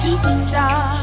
Superstar